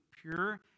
pure